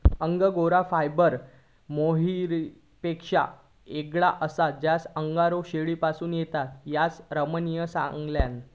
angora fibre मोहायरपेक्षा येगळा आसा जा अंगोरा शेळीपासून येता, असा रम्यान सांगल्यान